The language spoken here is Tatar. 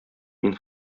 мин